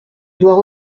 doit